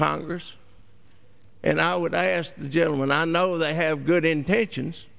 congress and i would ask the gentleman i know they have good intentions